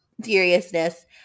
seriousness